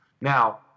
Now